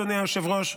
אדוני היושב-ראש,